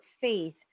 faith